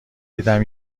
دیدم